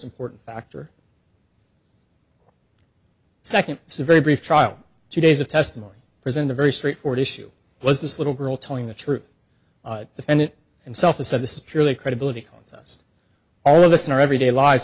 important factor second it's a very brief trial two days of testimony present a very straightforward issue was this little girl telling the truth defendant and self said this is purely credibility contest all of us in our everyday lives